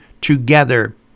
together